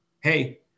hey